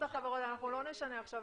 עכשיו,